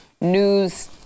news